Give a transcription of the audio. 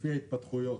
לפי ההתפתחויות.